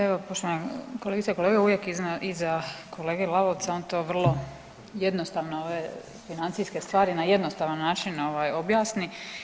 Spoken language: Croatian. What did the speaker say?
Evo poštovane kolegice i kolege, uvijek iza kolege Lalovca on to vrlo jednostavno ove financijske stvari na jednostavan način objasni.